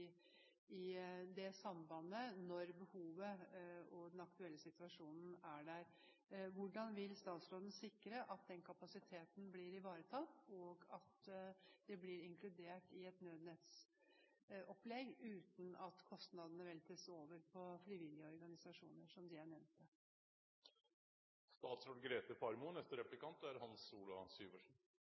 inkluderes i sambandet når behovet og den aktuelle situasjonen er der. Hvordan vil statsråden sikre at den kapasiteten blir ivaretatt, og at den blir inkludert i et nødnettsopplegg uten at kostnadene veltes over på frivillige organisasjoner, som dem jeg nevnte? Jeg kan forsikre Stortinget om at de